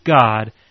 God